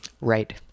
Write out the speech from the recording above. Right